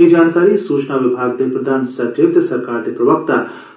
एह् जानकारी सूचना विभाग दे प्रधान सचिव ते सरकार दे प्रवक्ता